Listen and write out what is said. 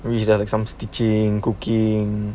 when she got the time some stitching cooking